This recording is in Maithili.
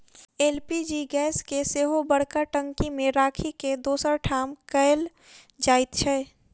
एल.पी.जी गैस के सेहो बड़का टंकी मे राखि के दोसर ठाम कयल जाइत छै